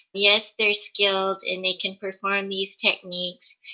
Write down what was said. yes, they're skilled and they can perform these techniques,